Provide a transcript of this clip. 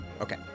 okay